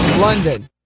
London